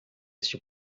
este